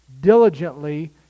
diligently